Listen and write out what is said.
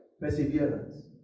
Perseverance